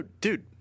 Dude